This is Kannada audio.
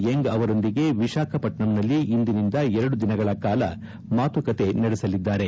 ಎಂಗ್ ಅವರೊಂದಿಗೆ ವಿಶಾಖಪಟ್ಟಣಂನಲ್ಲಿ ಇಂದಿನಿಂದ ಎರಡು ದಿನಗಳ ಕಾಲ ಮಾತುಕತೆ ನಡೆಸಲಿದ್ದಾರೆ